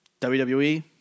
WWE